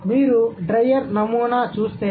కాబట్టి మీరు డ్రైయర్ నమూనా చూస్తే